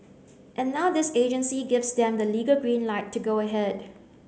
and now this agency gives them the legal green light to go ahead